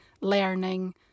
learning